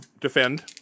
Defend